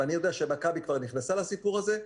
ברגע שמכבי כבר נכנסה לסיפור הזה,